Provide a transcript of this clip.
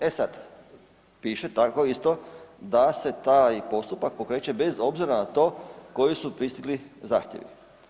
E sad, piše tako isto isto da se taj postupak pokreće bez obzira na to koji su pristigli zahtjevi.